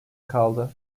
kaldı